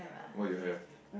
what you have